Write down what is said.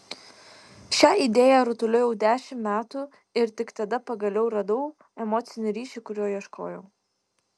šią idėją rutuliojau dešimt metų ir tik tada pagaliau radau emocinį ryšį kurio ieškojau